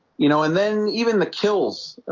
you know and then even the kills